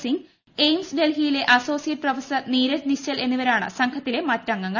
സിങ് എയിംസ് ഡൽഹിയിലെ associate professor Neeraj Nischal എന്നിവരാണ് സംഘത്തിലെ മറ്റ് അംഗങ്ങൾ